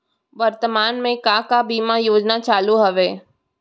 वर्तमान में का का बीमा योजना चालू हवये